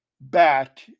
back